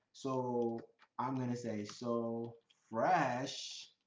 so i'm going to say so fresh